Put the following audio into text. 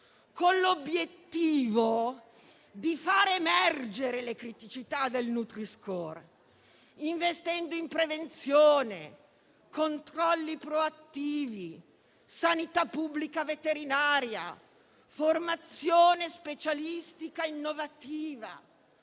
con l'obiettivo di far emergere le criticità del nutri-score, investendo in prevenzione, controlli proattivi, sanità pubblica veterinaria, formazione specialistica innovativa,